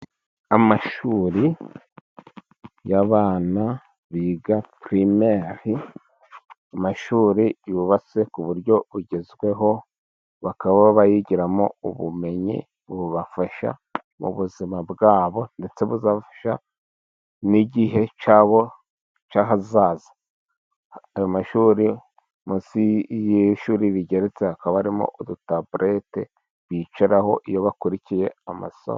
Amashuri y'abana biga pirimeri amashuri yubatse ku buryo bugezweho bakaba bayigiramo ubumenyi, bubafasha mu buzima bwabo ndetse buzafasha n'igihe cyabo cy'ahaza. Ayo mashuri munsi y'ishuri rigeretse hakaba harimo udutabulete bicaraho iyo bakurikiye amasomo.